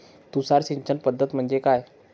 तुषार सिंचन पद्धती म्हणजे काय?